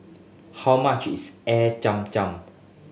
how much is Air Zam Zam